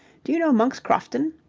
do you know monk's crofton?